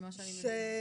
ממה שאני מבינה.